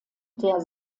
der